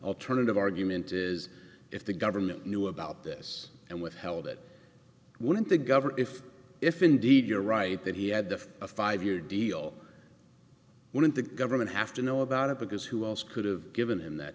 alternative argument is if the government knew about this and withheld it wouldn't the government if if indeed you're right that he had a five year deal wouldn't the government have to know about it because who else could have given him that